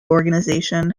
organisation